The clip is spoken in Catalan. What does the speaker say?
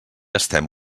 estem